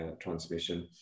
transmission